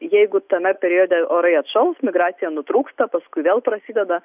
jeigu tame periode orai atšals migracija nutrūksta paskui vėl prasideda